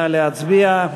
נא להצביע.